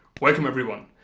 welcome everyone!